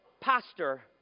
pastor